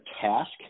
task